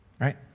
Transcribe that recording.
Right